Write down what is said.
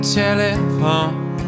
telephone